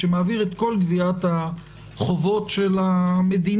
שמעביר את כל גביית החובות של המדינה